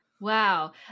Wow